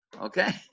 Okay